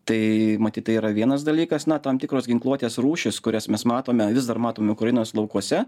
tai matyt tai yra vienas dalykas na tam tikros ginkluotės rūšys kurias mes matome vis dar matome ukrainos laukuose